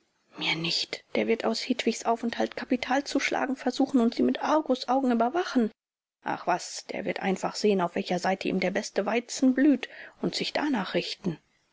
mir nicht der wird aus hedwigs aufenthalt kapital zu schlagen versuchen und sie mit argusaugen überwachen ach was der wird einfach sehen auf welcher seite ihm der beste weizen blüht und sich danach richten